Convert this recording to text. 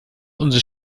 unsere